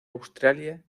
australia